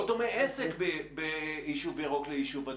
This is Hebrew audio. לא דומה עסק ביישוב ירוק ליישוב אדום.